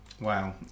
Wow